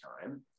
time